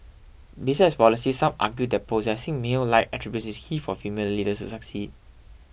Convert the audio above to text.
besides policies some argue that possessing male like attributes is key for female leaders to succeed